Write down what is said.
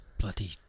Bloody